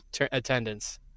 attendance